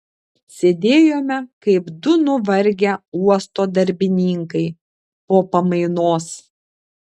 sėdėjome kaip du nuvargę uosto darbininkai po pamainos